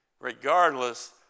regardless